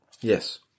Yes